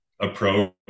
approach